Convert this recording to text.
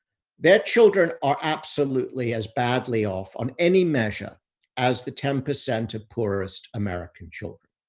their children are absolutely as badly off on any measure as the ten percent of poorest american children.